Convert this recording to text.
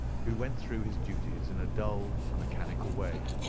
who went through his duties in a dull mechanical way.